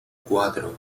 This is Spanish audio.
cuatro